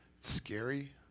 scary